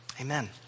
Amen